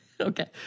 Okay